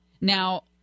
Now